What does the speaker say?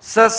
с